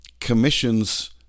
commissions